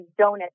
donut